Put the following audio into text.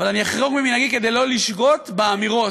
אבל אני אחרוג ממנהגי כדי לא לשגות באמירות.